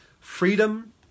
Freedom